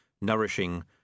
Nourishing